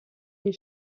des